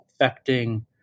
affecting